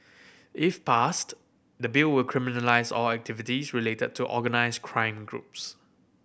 if passed the Bill will criminalise all activities related to organise crime groups